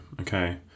okay